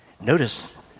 Notice